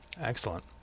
excellent